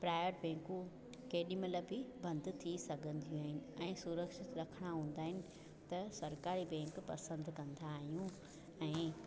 private बैंकू केॾीमहिल बि बंदि थी सघंदियूं आहिनि ऐं सुरक्षित रखणा हूंदा आहिनि त सरकारी बैंक पसंदि कंदा आहियूं ऐं